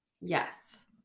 yes